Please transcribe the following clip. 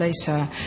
later